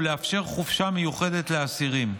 ולאפשר חופשה מיוחדת לאסירים.